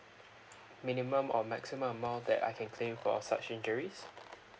minimum or maximum amount that I can claim for such injuries